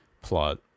plot